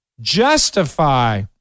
Justify